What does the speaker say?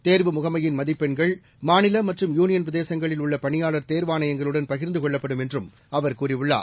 தேர்வு முகமையின் மதிப்பெண்கள் மாநில மற்றும் யூனியன் பிரதேசங்களில் உள்ள பணியாளர் தேர்வாணையங்களுடன் பகிர்ந்து கொள்ளப்படும் என்று அவர் கூறியுள்ளார்